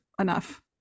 enough